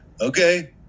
Okay